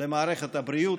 למערכת הבריאות.